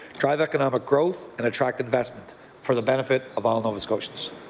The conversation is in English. drive economic growth, and drive investment for the benefit of all nova scotians.